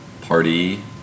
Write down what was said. party